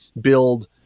build